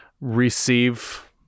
receive